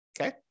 Okay